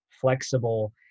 flexible